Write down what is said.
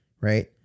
Right